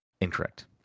Incorrect